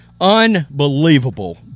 Unbelievable